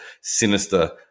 sinister